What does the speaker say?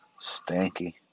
Stanky